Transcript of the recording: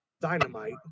Dynamite